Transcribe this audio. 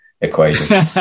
equation